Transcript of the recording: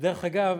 דרך אגב,